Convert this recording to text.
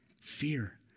Fear